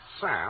Sam